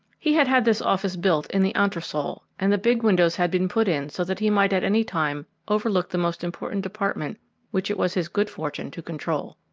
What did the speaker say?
he had had this office built in the entresol and the big windows had been put in so that he might at any time overlook the most important department which it was his good fortune to control.